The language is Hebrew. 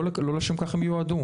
לא לשם כך הם יועדו.